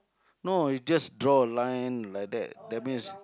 no you just draw a line like that that means